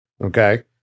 Okay